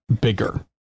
bigger